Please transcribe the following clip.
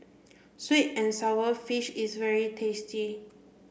sweet and sour fish is very tasty